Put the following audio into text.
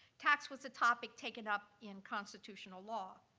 tax was a topic taken up in constitutional law.